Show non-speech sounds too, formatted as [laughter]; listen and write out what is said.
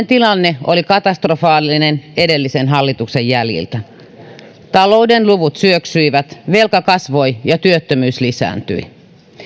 [unintelligible] tilanne oli katastrofaalinen edellisen hallituksen jäljiltä talouden luvut syöksyivät velka kasvoi ja työttömyys lisääntyi